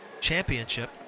championship